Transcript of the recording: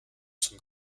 zum